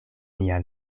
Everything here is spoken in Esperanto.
mia